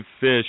Fish